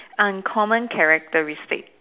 uncommon characteristic